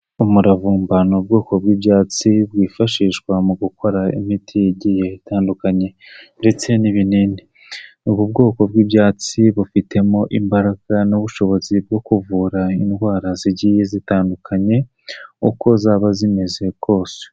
Umuravumba ni ubwoko bw'ibyatsi, bwifashishwa mu gukora imiti igiye itandukanye ndetse n'ibinini, ubu bwoko bw'ibyatsi bufitemo imbaraga n'ubushobozi bwo kuvura indwara zigiye zitandukanye, uko zaba zimeze kose.